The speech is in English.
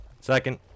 Second